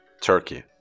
Turkey